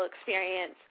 experience